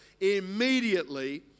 Immediately